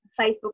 Facebook